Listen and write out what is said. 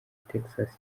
texas